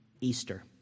Easter